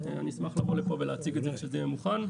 אני אשמח לבוא לפה ולהציג את זה כשזה יהיה מוכן.